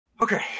Okay